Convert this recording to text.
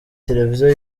televiziyo